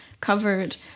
covered